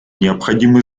необходимы